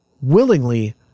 willingly